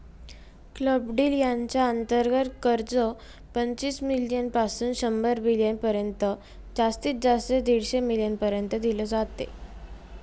club deal च्या अंतर्गत कर्ज, पंचवीस मिलीयन पासून शंभर मिलीयन पर्यंत जास्तीत जास्त दीडशे मिलीयन पर्यंत दिल जात